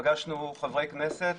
פגשנו חברי כנסת,